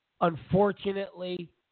unfortunately